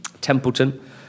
Templeton